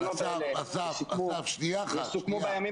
ההבנות יסוכמו בימים